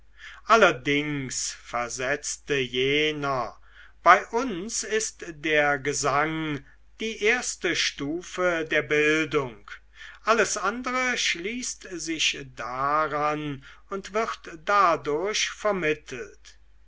allerdings versetzte jener bei uns ist der gesang die erste stufe der bildung alles andere schließt sich daran und wird dadurch vermittelt